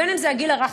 בין אם זה הגיל הרך,